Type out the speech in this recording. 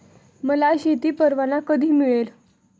मला शेती परवाना कधी मिळेल?